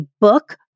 book